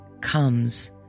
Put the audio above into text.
comes